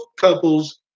couples